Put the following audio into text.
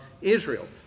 Israel